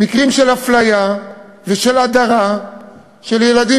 מקרים של אפליה ושל הדרה של ילדים